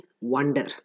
wonder